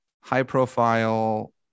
high-profile